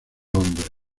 hombres